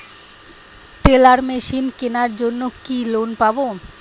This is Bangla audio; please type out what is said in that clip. টেলার মেশিন কেনার জন্য কি লোন পাব?